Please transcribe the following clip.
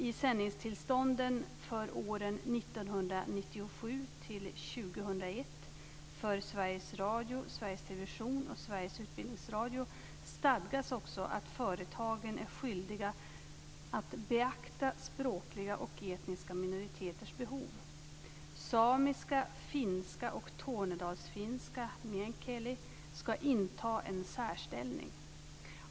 I sändningstillstånden för åren 1997-2001 för Sveriges Utbildningsradio AB stadgas att företagen är skyldiga att beakta språkliga och etniska minoriteters behov. Samiska, finska och tornedalsfinska skall inta en särställning.